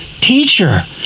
teacher